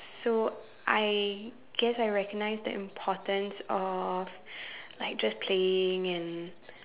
so I guess I recognize the importance of like just playing and